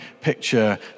picture